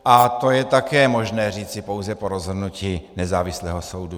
A to je také možné říci pouze po rozhodnutí nezávislého soudu.